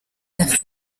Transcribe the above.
tuff